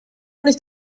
nicht